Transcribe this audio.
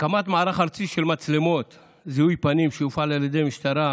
הקמת מערך ארצי של מצלמות זיהוי פנים שיופעל על ידי המשטרה,